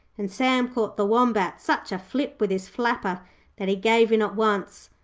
and sam caught the wombat such a flip with his flapper that he gave in at once.